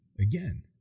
Again